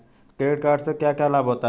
Credit card से क्या क्या लाभ होता है?